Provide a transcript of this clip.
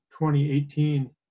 2018